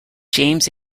james